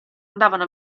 andavano